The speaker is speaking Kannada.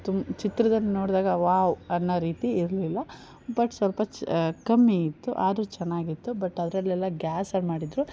ತುಂಬ ಚಿತ್ರದಲ್ಲಿ ನೋಡ್ದಾಗ ವಾವ್ ಅನ್ನೋ ರೀತಿ ಇರಲಿಲ್ಲ ಬಟ್ ಸ್ವಲ್ಪ ಚ ಕಮ್ಮಿ ಇತ್ತು ಆದರೂ ಚೆನ್ನಾಗಿತ್ತು ಬಟ್ ಅದರಲ್ಲೆಲ್ಲ ಗ್ಯಾಸಲ್ಲಿ ಮಾಡಿದ್ರು